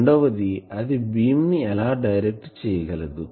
రెండవది అది బీమ్ ని ఎలా డైరెక్ట్ చేయగలదు